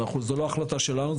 זו לא החלטה שלנו,